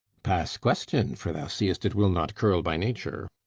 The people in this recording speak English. past question for thou seest it will not curl by nature.